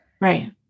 Right